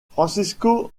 francisco